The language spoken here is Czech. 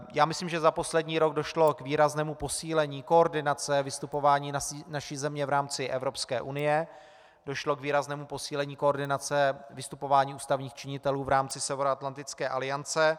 Já myslím, že za poslední rok došlo k výraznému posílení koordinace vystupování naší země v rámci Evropské unie, došlo k výraznému posílení koordinace vystupování ústavních činitelů v rámci Severoatlantické aliance.